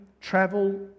travel